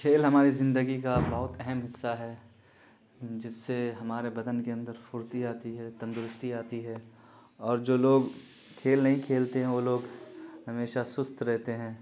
کھیل ہماری زندگی کا بہت اہم حصہ ہے جس سے ہمارے بدن کے اندر پھرتی آتی ہے تندرستی آتی ہے اور جو لوگ کھیل نہیں کھیلتے ہیں وہ لوگ ہمیشہ سست رہتے ہیں